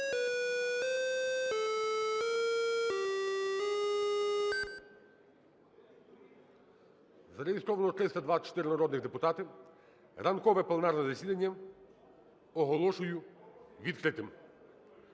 Зареєстровано 324 народних депутати. Ранкове пленарне засідання оголошую відкритим.